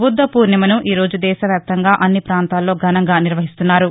బుద్ద పూర్ణిమను ఈరోజు దేశ వ్యాప్తంగా అన్ని పాంతాల్లో ఘనంగా నిర్వహిస్తున్నారు